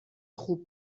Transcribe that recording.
خوب